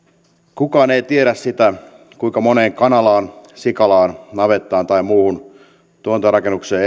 kukaan ei tiedä sitä kuinka moneen kanalaan sikalaan navettaan tai muuhun tuotantorakennukseen